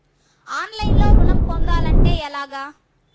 ఆన్లైన్లో ఋణం పొందాలంటే ఎలాగా?